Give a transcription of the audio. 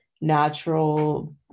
natural